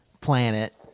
planet